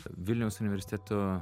vilniaus universiteto